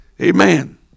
Amen